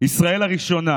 ישראל הראשונה